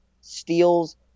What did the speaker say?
steals